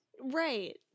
Right